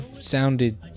sounded